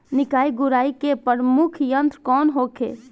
निकाई गुराई के प्रमुख यंत्र कौन होखे?